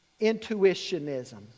intuitionism